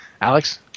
Alex